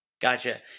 Gotcha